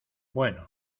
bueno